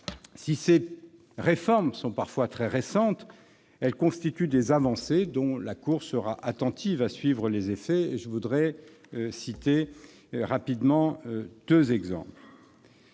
Si ces réformes sont parfois très récentes, elles constituent des avancées dont la Cour sera attentive à suivre les effets. Je voudrais citer rapidement deux exemples.